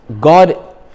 God